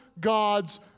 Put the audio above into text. God's